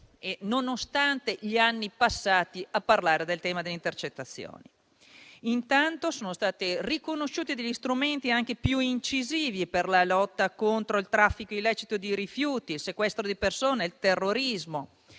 nonostante gli anni passati a parlare del tema delle intercettazioni. Intanto, sono stati riconosciuti degli strumenti anche più incisivi per la lotta contro il traffico illecito di rifiuti, il sequestro di persona, il terrorismo,